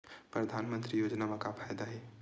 परधानमंतरी योजना म का फायदा?